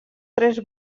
tres